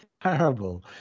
parable